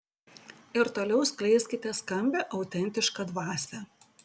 ir toliau skleiskite skambią autentišką dvasią